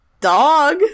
Dog